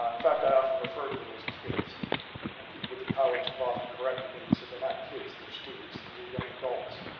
um fact i often refer to them as kids and people at the college have often corrected me and said they're not kids, they're students. these are young adults.